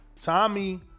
Tommy